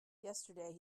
yesterday